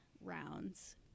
rounds